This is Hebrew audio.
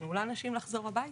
תנו לאנשים לחזור הביתה.